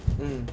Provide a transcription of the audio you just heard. mm